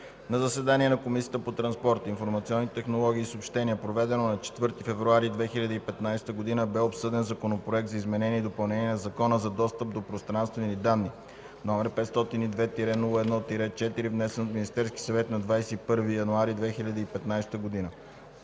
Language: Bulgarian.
На заседание на Комисията по транспорт, информационни технологии и съобщения, проведено на 4 февруари 2015 г., бе обсъден Законопроект за изменение и допълнение на Закона за достъп до пространствени данни, № 502-01-4, внесен от Министерския съвет на 21 януари 2015 г.